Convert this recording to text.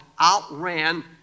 outran